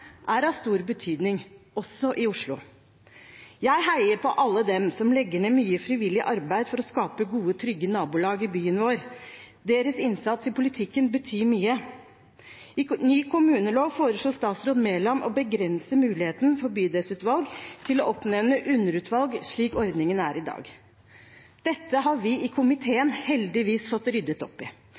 er av stor betydning – også i Oslo. Jeg heier på alle dem som legger ned mye frivillig arbeid for å skape gode, trygge nabolag i byen vår. Deres innsats i politikken betyr mye. I ny kommunelov foreslår statsråd Mæland å begrense muligheten for bydelsutvalg til å oppnevne underutvalg, slik ordningen er i dag. Dette har vi i komiteen heldigvis fått ryddet opp i.